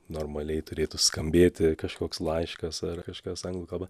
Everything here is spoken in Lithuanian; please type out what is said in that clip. normaliai turėtų skambėti kažkoks laiškas ar kažkas anglų kalba